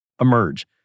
emerge